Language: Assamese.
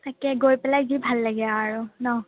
তাকে গৈ পেলাই যি ভাল লাগে আৰু ন'